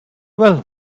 well